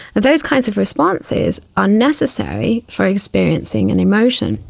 those kinds of responses are necessary for experiencing an emotion,